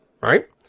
right